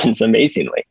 Amazingly